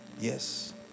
Yes